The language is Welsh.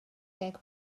deg